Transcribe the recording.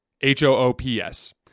H-O-O-P-S